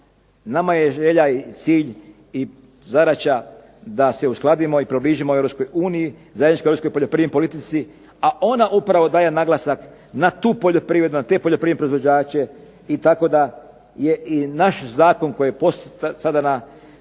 nama je želja i cilj i zadaća da se uskladimo i približimo EU. … /Govornik se ne razumije./…, a ona upravo daje naglasak na tu poljoprivredu, na te poljoprivredne proizvođače i tako da je i naš zakon koji je sada na